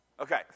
Okay